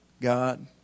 God